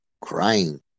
crying